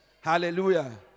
Hallelujah